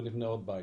ונבנה עוד בית.